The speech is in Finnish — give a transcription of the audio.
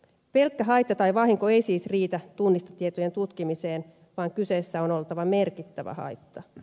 pelkkä haitta tai vahinko ei siis riitä tunnistetietojen tutkimiseen vaan kyseessä on oltava merkittävä haitta